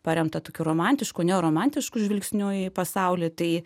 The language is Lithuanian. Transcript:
paremtą tokiu romantišku neoromantišku žvilgsniu į pasaulį tai